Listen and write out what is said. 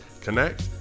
connect